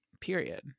Period